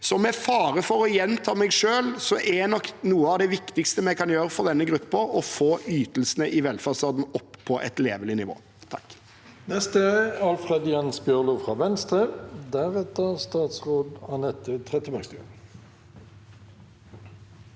med fare for å gjenta meg selv: Noe av det viktigste vi kan gjøre for denne gruppen, er nok å få ytelsene i velferdsstaten opp på et levelig nivå.